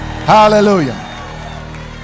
Hallelujah